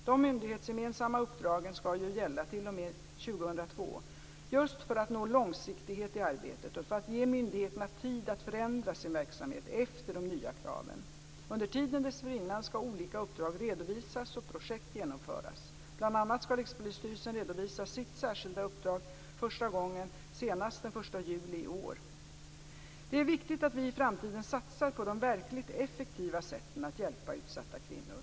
De myndighetsgemensamma uppdragen skall ju gälla t.o.m. 2002, just för att nå långsiktighet i arbetet och för att ge myndigheterna tid att förändra sin verksamhet efter de nya kraven. Under tiden dessförinnan skall olika uppdrag redovisas och projekt genomföras. Bl.a. skall Rikspolisstyrelsen redovisa sitt särskilda uppdrag första gången senast den 1 juli i år. Det är viktigt att vi i framtiden satsar på de verkligt effektiva sätten att hjälpa utsatta kvinnor.